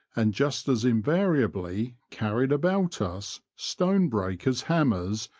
and just as in variably carried about us stone-breakers' hammers,